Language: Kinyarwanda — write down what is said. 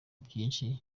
byinshi